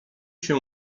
się